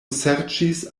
serĉis